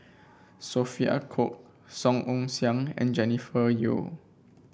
Sophia Cooke Song Ong Siang and Jennifer Yeo